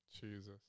Jesus